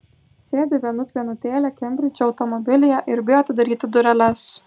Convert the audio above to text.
sėdi vienut vienutėlė kembridže automobilyje ir bijo atidaryti dureles